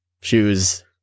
shoes